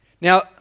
Now